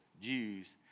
Jews